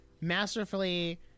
masterfully